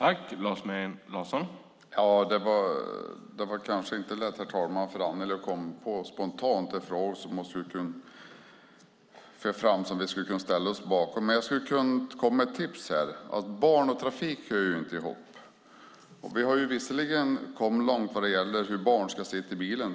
Herr talman! Det var kanske inte lätt för Annelie att spontant komma på en fråga att föra fram som vi skulle kunna ställa oss bakom. Men jag skulle kunna komma med ett tips. Barn och trafik hör inte ihop. Vi har visserligen kommit långt vad gäller hur barn ska sitta i bilen.